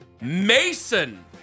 Mason